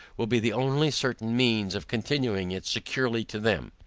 will be the only certain means of continuing it securely to them.